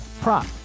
prop